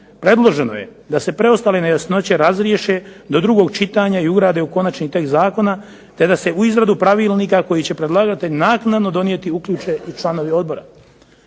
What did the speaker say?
Predloženo je da se preostale nejasnoće razriješe do drugog čitanja i grade u konačni tekst zakona te da se u izradu pravilnika koji će predlagatelj naknado donijeti uključe i članovi odbora.